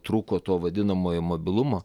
trūko to vadinamojo mobilumo